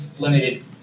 limited